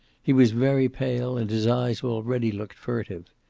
he was very pale and his eyes already looked furtive.